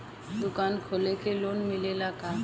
दुकान खोले के लोन मिलेला का?